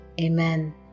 amen